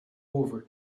over